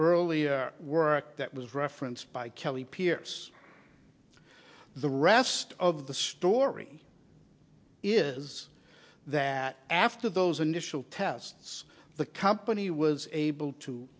early work that was referenced by kelly pierce the rest of the story is that after those initial tests the company was able to